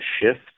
shift